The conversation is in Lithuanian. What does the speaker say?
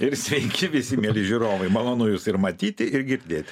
ir sveiki visi mieli žiūrovai malonu jus ir matyti ir girdėt